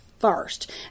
first